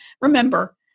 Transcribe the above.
Remember